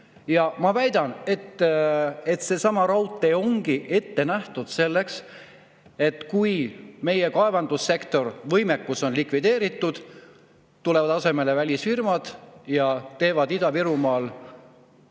Ma väidan, et seesama raudtee ongi ette nähtud selleks, et kui meie kaevandussektori võimekus on likvideeritud, tulevad asemele välisfirmad ja teevad Ida-Virumaal